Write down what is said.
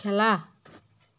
খেলা